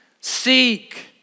seek